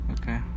Okay